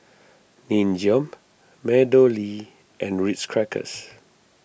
Nin Jiom MeadowLea and Ritz Crackers